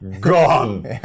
gone